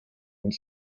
und